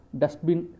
dustbin